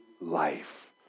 life